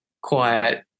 quiet